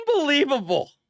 Unbelievable